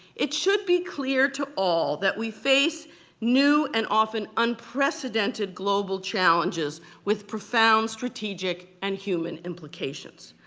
it should be clear to all that we face new and often unprecedented global challenges with profound strategic and human implications.